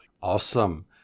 Awesome